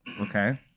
Okay